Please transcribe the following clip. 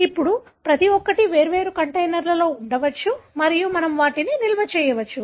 ఇప్పుడు ప్రతి ఒక్కటి వేర్వేరు కంటైనర్లో ఉంచవచ్చు మరియు మనము వాటిని నిల్వ చేయవచ్చు